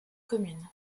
communes